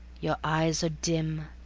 your eyes are dim,